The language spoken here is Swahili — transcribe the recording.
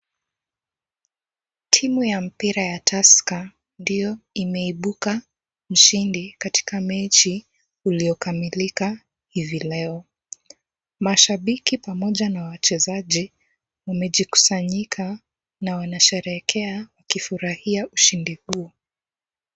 Timu ya mpira ya Tusker ndio imeibuka mshindi katika mechi iliyokamilika hivi leo. Mashabiki pamoja na wachezaji wamejikusanyika na wanasherekea wakifuraia ushindi huu.